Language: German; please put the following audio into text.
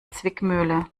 zwickmühle